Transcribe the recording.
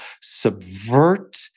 subvert